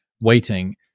waiting